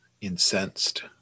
incensed